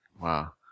Wow